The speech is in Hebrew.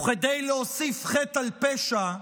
וכדי להוסיף חטא על פשע,